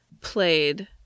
played